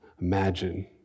Imagine